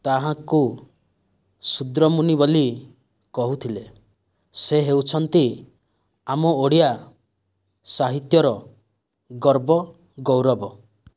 ତାହାଙ୍କୁ ଶୂଦ୍ରମୁନି ବୋଲି କହୁଥିଲେ ସେ ହେଉଛନ୍ତି ଆମ ଓଡ଼ିଆ ସାହିତ୍ୟର ଗର୍ବ ଗୌରବ